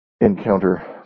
encounter